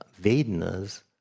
vednas